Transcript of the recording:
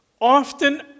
Often